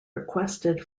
requested